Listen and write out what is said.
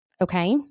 Okay